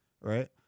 Right